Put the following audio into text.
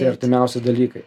tie artimiausi dalykai